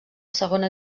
segona